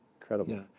Incredible